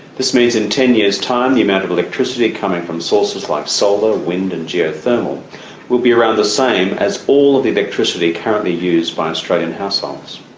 this means in ten years' time the amount of electricity coming from sources like solar, wind and geothermal will be around the same as all of the electricity currently used by australian households.